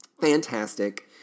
Fantastic